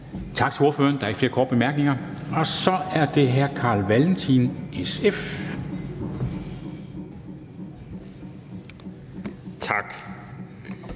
Tak til ordføreren. Der er ikke flere korte bemærkninger. Og så er det hr. Carl Valentin, SF. Kl.